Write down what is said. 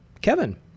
kevin